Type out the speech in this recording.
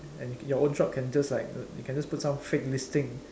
and your own shop can just like you can just put some fake listing